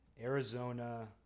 Arizona